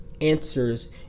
answers